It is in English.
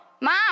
Mom